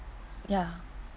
ya